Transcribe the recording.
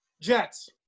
Jets